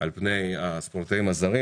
על פני הספורטאים הזרים.